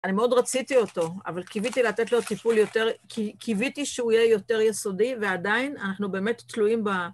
אני מאוד רציתי אותו, אבל קיויתי לתת לו טיפול יותר, קיויתי שהוא יהיה יותר יסודי ועדיין אנחנו באמת תלויים ב...